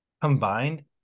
combined